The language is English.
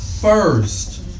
first